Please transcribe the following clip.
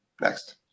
Next